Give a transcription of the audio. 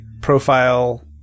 profile